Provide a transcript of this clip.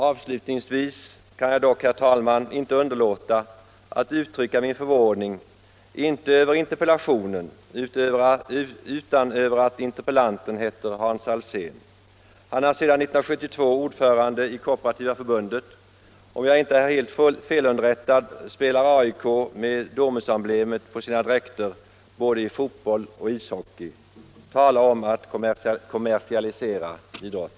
Avslutningsvis kan jag dock, herr talman, inte underlåta att uttrycka min förvåning — inte över interpellationen utan över att interpellanten heter Hans Alsén. Han är sedan 1972 ordförande i KF, och om jag inte är helt felunderrättad spelar AIK med Domusemblemet på sina dräkter både i fotboll och i ishockey. Tala om att kommersialisera idrotten!